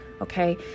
Okay